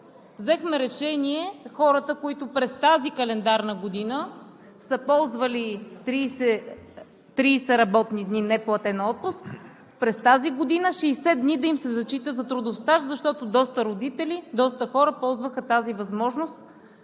взехме решение хората, които през тази календарна година са ползвали 30 работни дни неплатен отпуск, през тази година 60 дни да им се зачита за трудов стаж, защото доста родители, доста хора ползваха тази възможност,